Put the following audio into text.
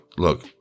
look